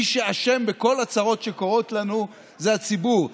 מי שאשם בכל הצרות שקורות לנו זה הציבור.